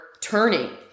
turning